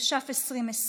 התש"ף 2020,